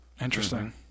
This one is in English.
Interesting